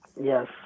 Yes